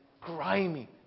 Grimy